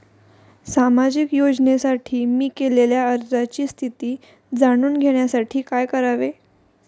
सामाजिक योजनेसाठी मी केलेल्या अर्जाची स्थिती जाणून घेण्यासाठी काय करावे?